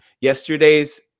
yesterday's